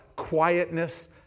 quietness